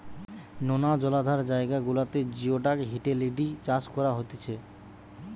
নোনা জলাধার জায়গা গুলাতে জিওডাক হিটেলিডি চাষ করা হতিছে